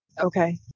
Okay